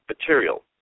material